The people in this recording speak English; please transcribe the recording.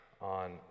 on